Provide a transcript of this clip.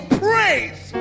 praise